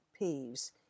peeves